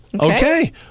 Okay